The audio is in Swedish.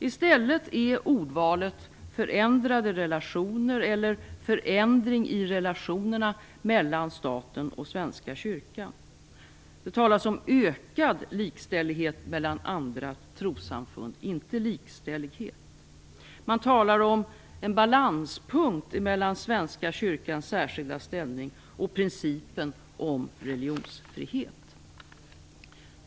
I stället är ordvalet "förändrade relationer" eller "förändring i relationerna" mellan staten och Svenska kyrkan. Det talas om ökad likställighet mellan andra trossamfund, inte likställighet. Man talar om en balanspunkt mellan Svenska kyrkans särskilda ställning och principen om religionsfrihet.